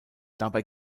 dabei